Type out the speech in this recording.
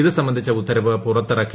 ഇത് സംബന്ധിച്ച ഉത്തരവ് പുറത്തിറക്കി